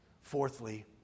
Fourthly